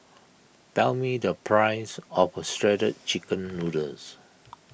tell me the price of Shredded Chicken Noodles